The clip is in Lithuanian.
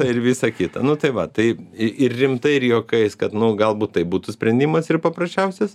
ir visa kita nu tai va tai ir rimtai ir juokais kad nu galbūt tai būtų sprendimas ir paprasčiausias